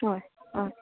हय हय